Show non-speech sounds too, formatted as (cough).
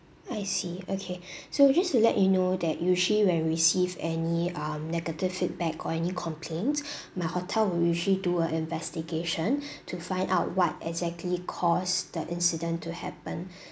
I see okay (breath) so just to let you know that usually when we receive any um negative feedback or any complaints (breath) my hotel will usually do a investigation (breath) to find out what exactly caused the incident to happen (breath)